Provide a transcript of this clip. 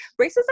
racism